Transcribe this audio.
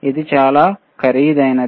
ఇది కూడా చాలా ఖరీదైనది